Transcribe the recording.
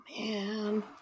man